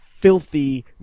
Filthy